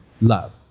love